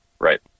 right